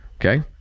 Okay